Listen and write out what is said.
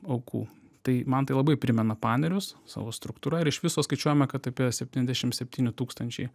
aukų tai man tai labai primena panerius savo struktūra ir iš viso skaičiuojame kad apie septyniasdešim septyni tūkstančiai